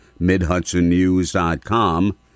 MidHudsonNews.com